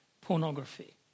pornography